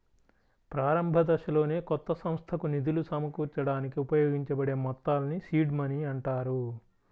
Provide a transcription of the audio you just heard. ప్రారంభదశలోనే కొత్త సంస్థకు నిధులు సమకూర్చడానికి ఉపయోగించబడే మొత్తాల్ని సీడ్ మనీ అంటారు